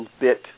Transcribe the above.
bit